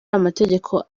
amategeko